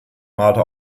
malte